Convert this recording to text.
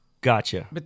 Gotcha